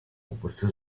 oberste